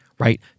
Right